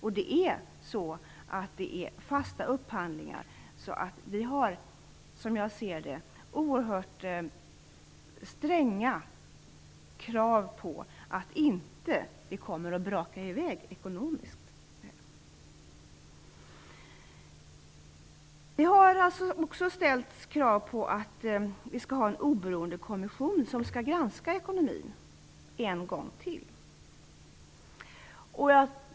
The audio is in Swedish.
Dessutom är det fasta upphandlingar, så vi har, som jag ser det, oerhört stränga krav på att detta inte kommer att braka i väg ekonomiskt. Det har också ställts krav på att vi skall ha en oberoende kommission som skall granska ekonomin en gång till.